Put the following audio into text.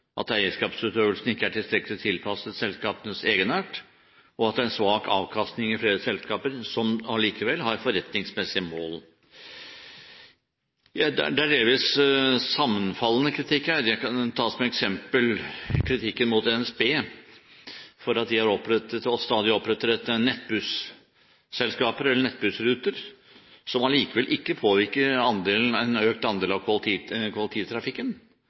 at eierskapsutøvelsen ikke er tilstrekkelig tilpasset selskapenes egenart, og at det er svak avkastning i flere selskaper som allikevel har forretningsmessige mål. Det er delvis sammenfallende kritikk her. Jeg kan ta som eksempel kritikken mot NSB for at de har opprettet – og stadig oppretter – Nettbuss-ruter, som allikevel ikke påvirker andelen av kollektivtrafikken og på toppen av